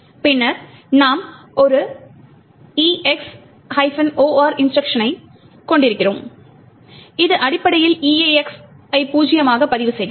பின்னர் நாம் ஒரு EX OR இன்ஸ்ட்ருக்ஷனைக் கொண்டிருக்கிறோம் இது அடிப்படையில் EAX ஐ பூஜ்யமாக பதிவு செய்கிறது